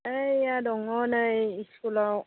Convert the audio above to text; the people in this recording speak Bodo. ऐ आं दङ नै स्कुलाव